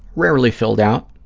rarely filled out,